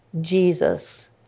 Jesus